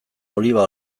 oliba